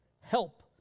Help